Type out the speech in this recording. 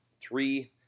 three